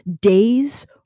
days